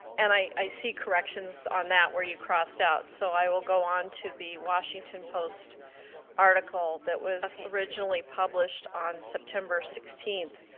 and i see corrections on that where you crossed out. so i will go onto the washington post article that was originally published on september sixteenth.